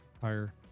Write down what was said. higher